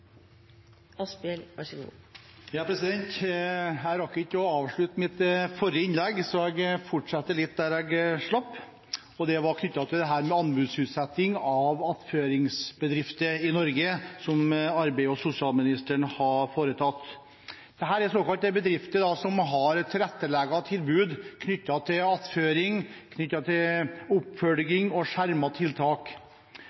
ikke å avslutte mitt forrige innlegg, så jeg fortsetter der jeg slapp. Det var knyttet til anbudsutsettingen av attføringsbedrifter i Norge som arbeids- og sosialministeren har foretatt. Dette er bedrifter som har såkalte tilrettelagte tilbud knyttet til attføring, oppfølging og skjermede tiltak.